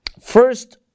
first